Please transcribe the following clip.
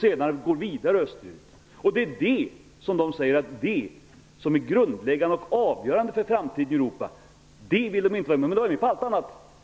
Sedan kommer det att gå vidare österut. Detta samarbete som är grundläggande och avgörande för Europa vill de inte vara med om, men de är med på allt annat.